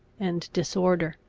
and disorder.